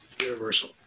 universal